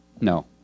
No